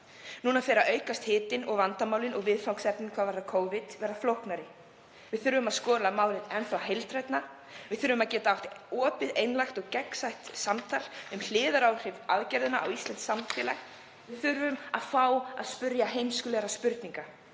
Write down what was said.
Núna fer að aukast hitinn og vandamálin og viðfangsefnin hvað varðar Covid verða flóknari. Við þurfum að skoða málið enn þá heildrænna. Við þurfum að geta átt opið, einlægt og gegnsætt samtal um hliðaráhrif aðgerðanna á íslenskt samfélag. Við þurfum að fá að spyrja heimskulegra spurninga